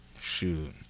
shoot